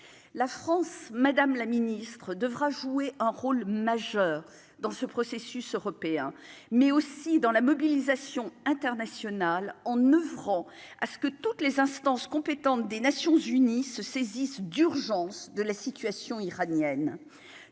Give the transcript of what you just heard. la France Madame la Ministre, devra jouer un rôle majeur dans ce processus européen, mais aussi dans la mobilisation internationale en oeuvrant à ce que toutes les instances compétentes des Nations-Unies se saisisse d'urgence de la situation iranienne,